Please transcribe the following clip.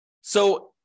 So-